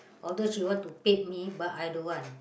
although she want to paid me but I don't want